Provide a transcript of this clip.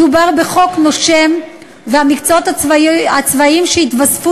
מדובר בחוק נושם והמקצועות הצבאיים שיתווספו